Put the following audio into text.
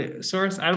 source